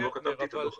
גם לא כתבתי את הדוח.